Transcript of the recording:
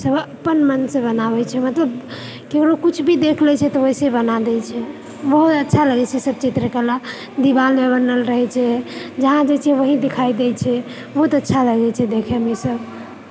सभ अपन मन से बनाबै छै मतलब केकरो किछु भी देख लय छै तऽ वैसे बना दय छै बहुत अच्छा लगै छै ई सभ चित्रकला दिवालमे बनल रहै छै जहाँ जाइ छियै ओएह देखाइ दय छै बहुत अच्छा लागै छै देखैमे ई सभ